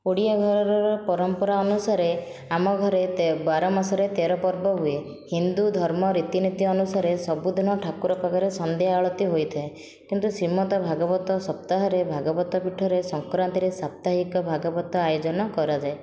ଓଡ଼ିଆ ଘରର ପରମ୍ପରା ଅନୁସାରେ ଆମ ଘରେ ବାର ମାସରେ ତେର ପର୍ବ ହୁଏ ହିନ୍ଦୁ ଧର୍ମ ରୀତିନୀତି ଅନୁସାରେ ସବୁଦିନ ଠାକୁର ପାଖରେ ସନ୍ଧ୍ୟା ଆଳତି ହୋଇଥାଏ କିନ୍ତୁ ଶ୍ରୀମଦ ଭାଗବତ ସପ୍ତାହରେ ଭାଗବତ ପୀଠରେ ସଂକ୍ରାନ୍ତିରେ ସାପ୍ତାହିକ ଭାଗବତ ଆୟୋଜନ କରାଯାଏ